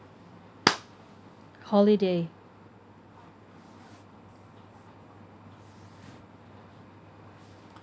holiday